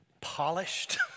polished